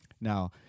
Now